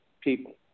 people